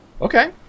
Okay